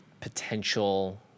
potential